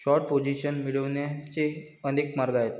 short position मिळवण्याचे अनेक मार्ग आहेत